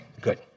good